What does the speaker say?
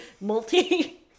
multi